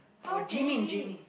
or Ji Min Ji Min